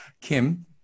Kim